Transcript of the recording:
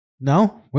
No